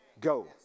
Go